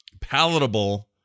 palatable